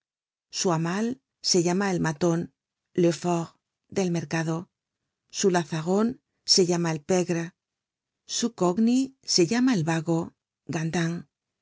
su hammal se llama elmaton le fort del mercado su lazarone se llama elpegre su cockney se llama el vago